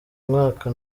mwaka